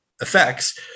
effects